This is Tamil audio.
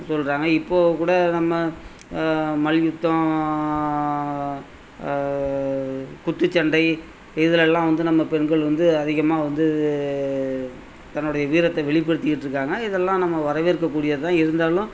சொல்லுறாங்க இப்போ கூட நம்ம மல்யுத்தம் குத்துச்சண்டை இதுலெல்லாம் வந்து நம்ம பெண்கள் வந்து அதிகமாக வந்து இது தன்னுடைய வீரத்தை வெளிப்படுத்திக்கிட்டுருக்காங்க இதெல்லாம் நம்ம வரைவேற்கக்கூடியது தான் இருந்தாலும்